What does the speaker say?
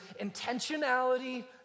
intentionality